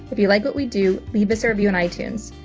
if you like what we do, leave us a review in itunes.